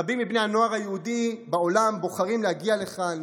רבים מבני הנוער היהודי בעולם בוחרים להגיע לכאן,